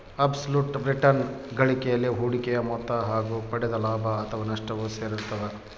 abs ಲುಟ್ return ಗಳಿಕೆಯಲ್ಲಿ ಹೂಡಿಕೆಯ ಮೊತ್ತ ಹಾಗು ಪಡೆದ ಲಾಭ ಅಥಾವ ನಷ್ಟವು ಸೇರಿರ್ತದ